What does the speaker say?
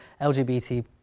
LGBT